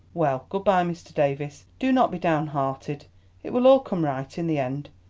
well, good-bye, mr. davies. do not be downhearted it will all come right in the end.